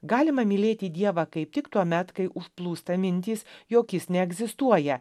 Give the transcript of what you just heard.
galima mylėti dievą kaip tik tuomet kai užplūsta mintys jog jis neegzistuoja